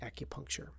acupuncture